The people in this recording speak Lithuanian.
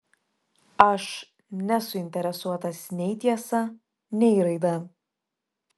aš nesuinteresuotas nei tiesa nei raida